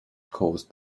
caused